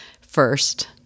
first